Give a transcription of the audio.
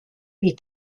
wie